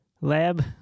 lab